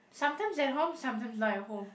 sometimes at home sometimes not at home